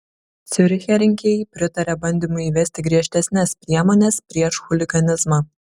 ciuriche rinkėjai pritarė bandymui įvesti griežtesnes priemones prieš chuliganizmą